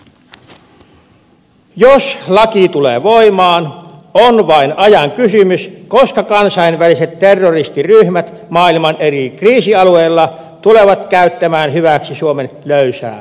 jos laki tulee voimaan on vain ajan kysymys koska kansainväliset terroristiryhmät maailman eri kriisialueilla tulevat käyttämään hyväksi suomen löysää lakia